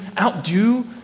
outdo